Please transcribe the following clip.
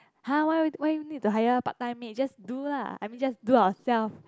!huh! why why need to hire part time maid just do lah just do our self